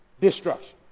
destruction